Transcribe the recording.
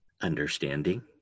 understanding